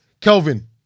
Kelvin